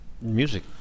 music